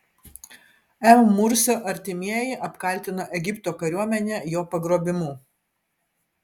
m mursio artimieji apkaltino egipto kariuomenę jo pagrobimu